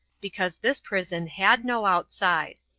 because this prison had no outside.